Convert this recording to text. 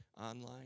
online